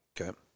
Okay